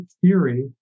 theory